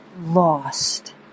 lost